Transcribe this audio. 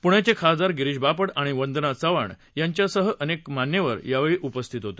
पुण्याचे खासदार गिरीश बापट आणि वंदना चव्हाण यांच्यासह अनेक मान्यवर यावर उपस्थित होते